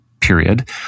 period